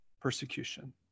persecution